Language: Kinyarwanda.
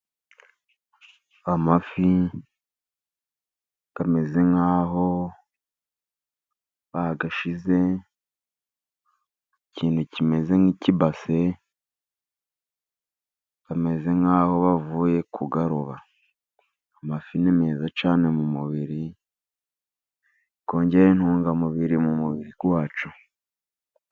Amafi ameze nk'aho bayashyize ikintu kimeze nk'ikibase, bameze nk'aho bavuye kuyaroba. Amafi ni meza cyane mu mubiri, yongera intungamubiri mu mubiri wacu.